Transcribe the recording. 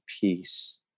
peace